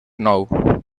nou